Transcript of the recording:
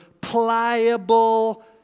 pliable